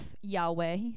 Yahweh